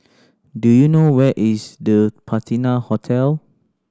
do you know where is The Patina Hotel